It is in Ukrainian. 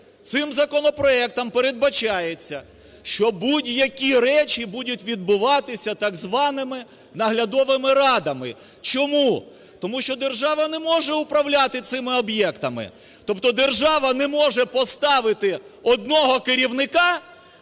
Цим законопроектом передбачається, що будь-які речі будуть відбуватися так званими наглядовими радами. Чому? Тому що держава не може управляти цими об'єктами. Тобто держава не може поставити одного керівника